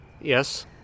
yes